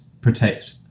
protect